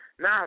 now